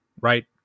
right